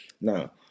Now